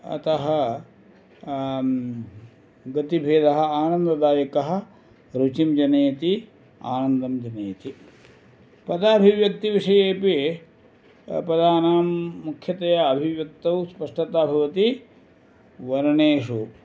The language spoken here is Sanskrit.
अतः गतिभेदः आनन्ददायकः रुचिं जनयति आनन्दं जनयति पदाभिव्यक्तिविषयेपि पदानां मुख्यतया अभिव्यक्तौ स्पष्टता भवति वर्णेषु